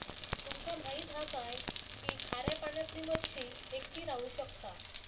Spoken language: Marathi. तुमका माहित हा काय की खाऱ्या पाण्यातली मच्छी एकटी राहू शकता